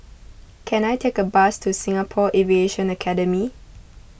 can I take a bus to Singapore Aviation Academy